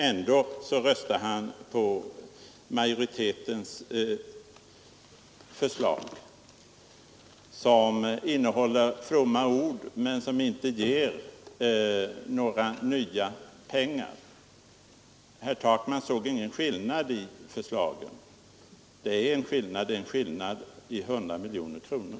Ändå biträder han majoritetens förslag, som innehåller fromma ord men inte ger några nya pengar. Herr Takman såg ingen skillnad mellan förslagen, men skillnaden är mycket klar — den är 100 miljoner kronor.